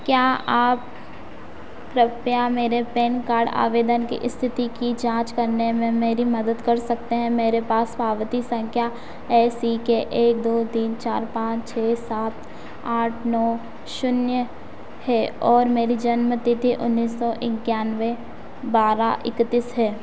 क्या आप कृपया मेरे पैन कार्ड आवेदन की इस्थिति की जाँच करने में मेरी मदद कर सकते हैं मेरे पास पावती सँख्या ए सी के एक दो तीन चार पाँच छह सात आठ नौ शून्य है और मेरी जन्म तिथि उन्नीस सौ इक्यानवे बारह इकतीस है